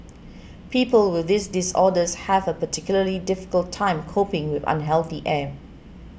people with these disorders have a particularly difficult time coping with unhealthy air